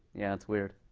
yeah, it's weird.